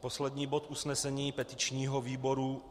Poslední bod usnesení petičního výboru.